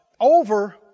over